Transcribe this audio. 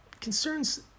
concerns